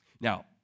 Now